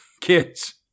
kids